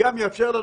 דוחה אפילו שבת,